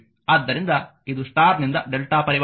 ಆದ್ದರಿಂದ ಇದು ಸ್ಟಾರ್ ನಿಂದ Δ ಪರಿವರ್ತನೆ